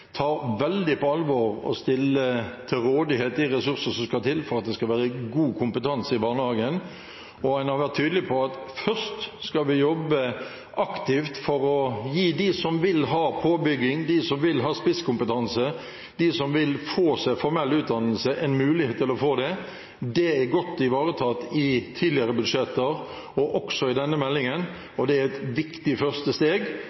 på alvor å stille til rådighet de ressurser som skal til for at det skal være god kompetanse i barnehagen, og en har vært tydelig på at først skal vi jobbe aktivt for å gi de som vil ha påbygging, de som vil ha spisskompetanse, de som vil ha en formell utdannelse, en mulighet til å få det. Det er godt ivaretatt i tidligere budsjetter og også i denne meldingen, og det er et viktig første steg,